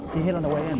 he hit on the way in,